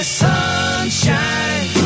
sunshine